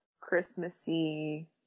Christmassy